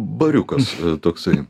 bariukas toksai